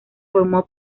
formó